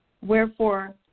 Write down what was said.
Wherefore